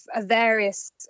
various